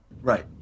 right